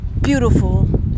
beautiful